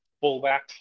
Fullback